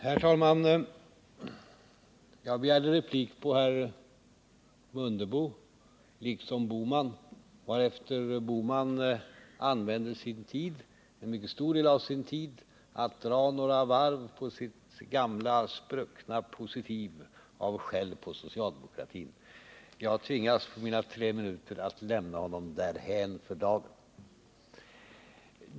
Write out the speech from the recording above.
Herr talman! Jag liksom herr Bohman begärde replik på Ingemar Mundebos anförande, men herr Bohman använde en mycket stor del av sin repliktid till att dra några varv på sitt gamla spruckna positiv av skäll på socialdemokratin. Jag tvingas på mina tre minuter att lämna honom därhän.